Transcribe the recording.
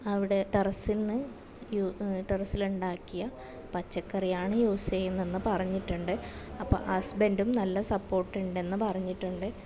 അവിടെ ടെറസിൽ നിന്ന് ടെറസിൽ ഉണ്ടാക്കിയ പച്ചക്കറിയാണ് യൂസ് ചെയ്യുന്നതെന്ന് പറഞ്ഞിട്ടുണ്ട് അപ്പം ഹസ്ബൻഡും നല്ല സപ്പോർട്ട് ഉണ്ടെന്ന് പറഞ്ഞിട്ടുണ്ട്